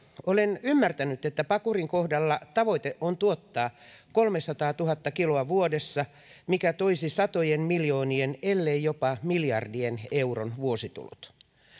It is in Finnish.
olen ymmärtänyt että pakurin kohdalla tavoite on tuottaa kolmesataatuhatta kiloa vuodessa mikä toisi satojen miljoonien ellei jopa miljardien euron vuositulot